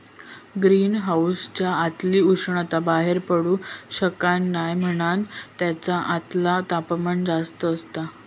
green हाउसच्या आतली उष्णता बाहेर पडू शकना नाय म्हणान तेच्या आतला तापमान जास्त असता